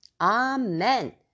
Amen